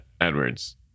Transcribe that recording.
Edwards